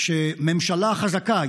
שממשלה חזקה,